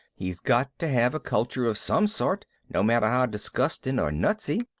he's got to have a culture of some sort, no matter how disgusting or nutsy.